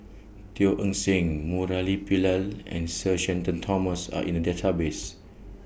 Teo Eng Seng Murali Pillai and Sir Shenton Thomas Are in The Database